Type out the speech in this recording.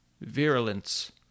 virulence